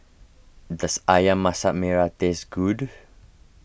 does Ayam Masak Merah taste good